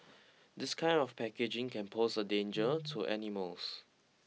this kind of packaging can pose a danger to animals